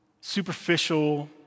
superficial